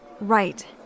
Right